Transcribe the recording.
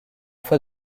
fois